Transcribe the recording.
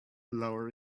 lower